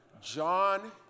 John